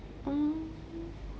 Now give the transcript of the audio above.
mm